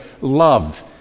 love